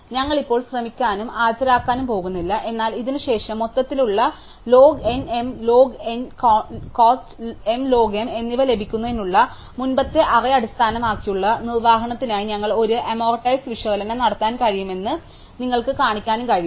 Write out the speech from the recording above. അതിനാൽ ഞങ്ങൾ ഇപ്പോൾ ശ്രമിക്കാനും ഹാജരാകാനും പോകുന്നില്ല എന്നാൽ ഇതിനുശേഷം മൊത്തത്തിലുള്ള log n m log n cost m log m എന്നിവ ലഭിക്കുന്നതിന് മുമ്പത്തെ അറേ അടിസ്ഥാനമാക്കിയുള്ള നിർവ്വഹണത്തിനായി ഞങ്ങൾ ഒരു അമോർട്ടൈസ്ഡ് വിശകലനം നടത്താൻ കഴിയുമെന്ന് നിങ്ങൾക്ക് കാണിക്കാൻ കഴിയും